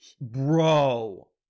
Bro